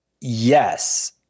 yes